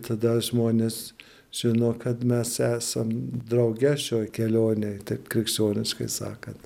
tada žmonės žino kad mes esam drauge šioj kelionėj taip krikščioniškai sakant